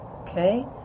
okay